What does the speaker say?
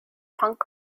punk